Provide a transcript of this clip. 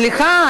סליחה,